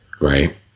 right